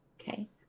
Okay